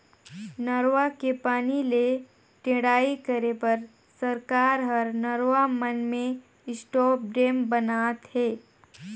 नरूवा के पानी ले टेड़ई करे बर सरकार हर नरवा मन में स्टॉप डेम ब नात हे